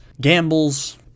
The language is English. gambles